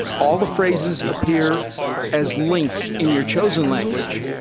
all the phrases appear as links in your chosen language,